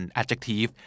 adjective